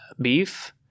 beef